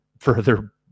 further